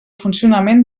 funcionament